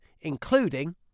including